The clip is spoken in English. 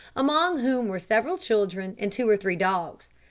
among whom were several children and two or three dogs.